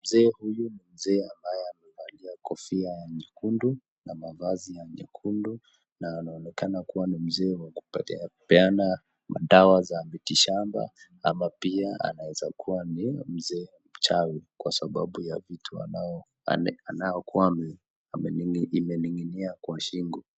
Mzee huyu, mzee ambaye amevalia kofia nyekundu na mavazi ya nyekundu na anaonekana kuwa ni mzee wa kupeana madawa za mitishamba ama pia anaweza kuwa ni mzee mchawi kwa sababu ya vitu anayo kuwa ning’inia kwa shingo.